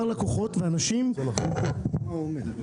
לקוחות ואנשים --- זה לא נראה לי,